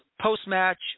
post-match